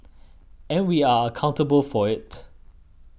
and we are accountable for it